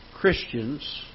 Christians